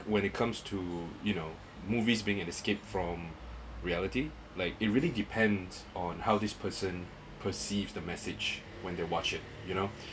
when it comes to you know movies being an escape from reality like it really depends on how this person perceives the message when they watch it you know